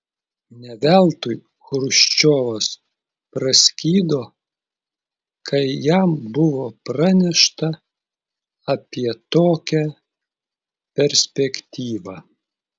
ne veltui chruščiovas praskydo kai jam buvo pranešta apie tokią perspektyvą